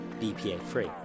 BPA-free